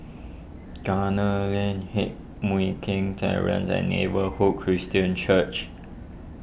Gunner Lane Heng Mui Keng Terrace and Neighbourhood Christian Church